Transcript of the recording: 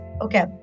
okay